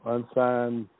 Unsigned